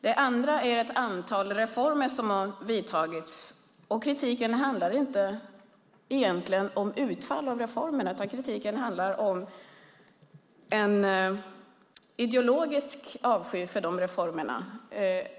Det andra är ett antal reformer som har vidtagits. Kritiken handlar inte om utfallet av reformerna utan om en ideologisk avsky för dessa reformer.